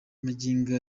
magingo